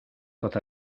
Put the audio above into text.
tot